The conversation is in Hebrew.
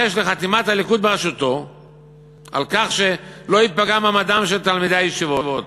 והתייחס לחתימת הליכוד בראשותו שלא ייפגע מעמדם של תלמידי הישיבות.